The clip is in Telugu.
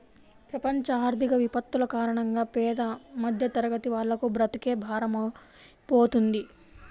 ప్రపంచ ఆర్థిక విపత్తుల కారణంగా పేద మధ్యతరగతి వాళ్లకు బ్రతుకే భారమైపోతుంది